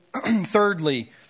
thirdly